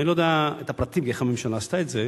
אני לא יודע את הפרטים, איך הממשלה עשתה את זה.